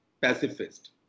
pacifist